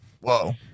Whoa